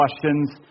questions